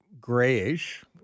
grayish